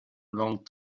long